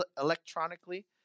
electronically